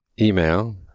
email